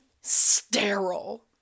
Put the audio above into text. sterile